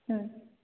ହୁଁ